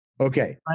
Okay